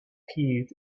kid